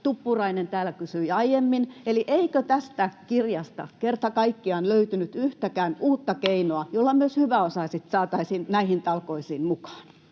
Tuppurainen täällä kysyi aiemmin: eikö tästä kirjasta kerta kaikkiaan löytynyt yhtäkään uutta keinoa, jolla myös hyväosaiset saataisiin näihin talkoisiin mukaan?